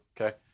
okay